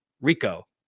RICO